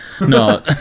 No